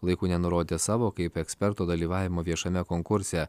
laiku nenurodė savo kaip eksperto dalyvavimo viešame konkurse